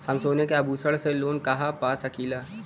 हम सोने के आभूषण से लोन कहा पा सकीला?